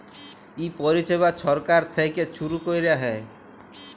ই পরিছেবা ছরকার থ্যাইকে ছুরু ক্যরা হ্যয়